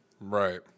Right